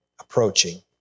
approaching